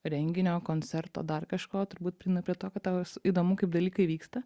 renginio koncerto dar kažko turbūt prieina prie to kad tau įdomu kaip dalykai vyksta